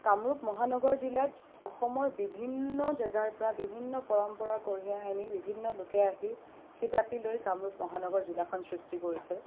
কামৰূপ মহানগৰ জিলাত অসমৰ বিভিন্ন জেগাৰ পৰা বিভিন্ন পৰম্পৰা কঢ়িয়াই আনি বিভিন্ন লোকে আহি থিতাপি লৈ কামৰূপ মহানগৰ জিলাখন সৃষ্টি কাৰিছে